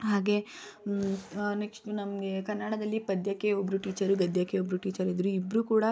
ಹಾಗೆಯೇ ನೆಸ್ಟ್ ನಮಗೆ ಕನ್ನಡದಲ್ಲಿ ಪದ್ಯಕ್ಕೆ ಒಬ್ಬರು ಟೀಚರು ಗದ್ಯಕ್ಕೆ ಒಬ್ಬರು ಟೀಚರು ಇದ್ದರು ಇಬ್ಬರೂ ಕೂಡ